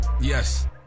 Yes